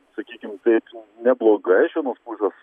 sakykim taip neblogai iš vienos pusės